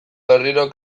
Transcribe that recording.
berriro